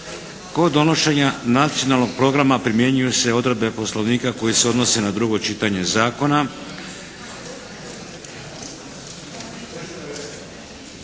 Kod donošenja Nacionalnog programa primjenjuju se odredbe Poslovnika koji se odnosi na drugo čitanje zakona.